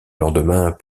lendemain